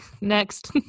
next